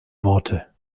worte